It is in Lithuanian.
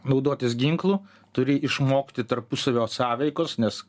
naudotis ginklu turi išmokti tarpusavio sąveikos nes